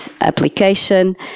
application